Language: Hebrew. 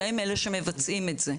שהם אלה שמבצעים את זה.